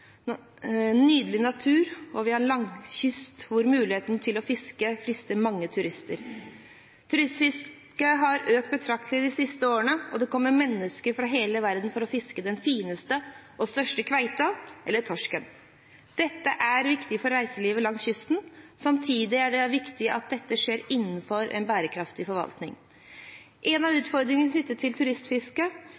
nydelig natur, og vi har en lang kyst, hvor muligheten til å fiske frister mange turister. Turistfisket har økt betraktelig de siste årene. Det kommer mennesker fra hele verden for å fiske den fineste og største kveita eller torsken. Dette er viktig for reiselivet langs kysten. Samtidig er det viktig at det skjer innenfor en bærekraftig forvaltning. En av